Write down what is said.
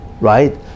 right